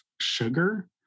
sugar